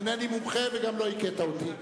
אינני מומחה וגם לא הכית אותי.